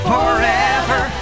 Forever